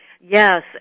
Yes